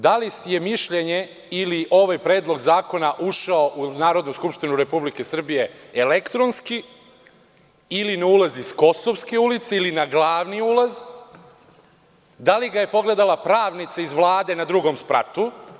Da li je mišljenje ili ovaj predlog zakona ušao u Narodnu skupštinu Republike Srbije elektronski ili na ulaz iz Kosovske ulice ili na Glavni ulaz, da li ga je pogledala pravnica iz Vlade na drugom spratu?